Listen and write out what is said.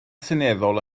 seneddol